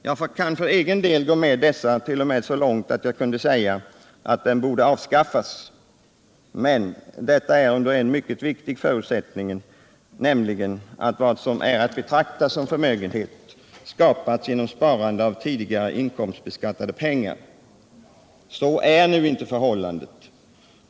Jag kan för egen del gå med dessa t.o.m. så långt att jag kunde säga att den borde avskaffas. Jag skulle kunna göra det under den mycket viktiga förutsättningen att vad som är att betrakta som förmögenhet skapats genom sparande av tidigare inkomstbeskattade pengar. Så är nu inte alltid förhållandet.